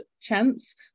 chance